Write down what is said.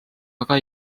aga